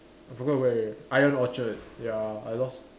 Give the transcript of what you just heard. I forgot where already ion Orchard ya I lost